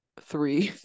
three